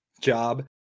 job